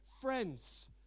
Friends